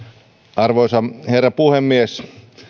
arvoisa herra puhemies